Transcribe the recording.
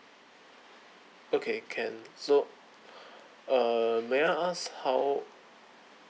okay can so uh may I ask how